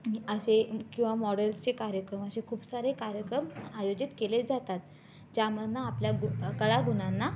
आणि असे किंवा मॉडेल्सचे कार्यक्रम असे खूप सारे कार्यक्रम आयोजित केले जातात ज्यामधून आपल्या ग कलागुणांना